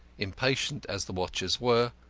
impatient as the watchers were,